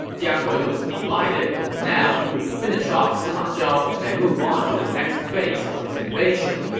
jiang wei was delighted. now he could finish off sima zhao and move on to the next phase of his invasion.